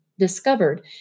Discovered